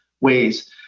ways